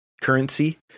currency